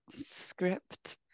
script